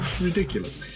ridiculous